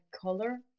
color